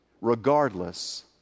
regardless